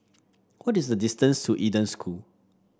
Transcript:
what is the distance to Eden School